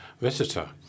visitor